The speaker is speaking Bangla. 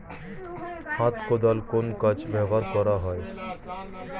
হাত কোদাল কোন কাজে ব্যবহার করা হয়?